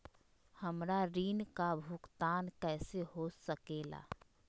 हमरा ऋण का भुगतान कैसे हो सके ला?